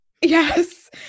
yes